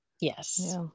yes